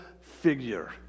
figure